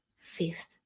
fifth